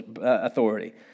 authority